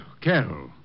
Carol